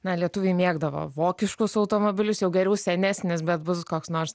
na lietuviai mėgdavo vokiškus automobilius jau geriau senesnis bet bus koks nors